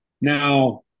Now